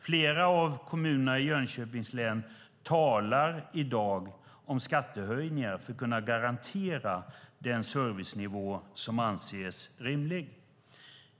Flera av kommunerna i Jönköpings län talar i dag om skattehöjningar för att kunna garantera den servicenivå som anses rimlig.